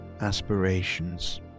aspirations